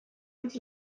gibt